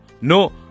no